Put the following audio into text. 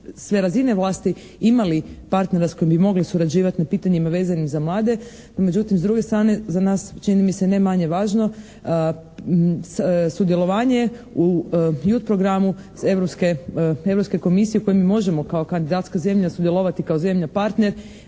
sa razine vlasti imali partnera s kojima bi mogli surađivati na pitanjima vezanim za mlade, no međutim s druge strane za nas čini mi se ne manje važno, sudjelovanje u … /Ne razumije se./ … programu Europske komisije u kojem mi možemo kao kandidatska zemlja sudjelovati kao zemlja partner,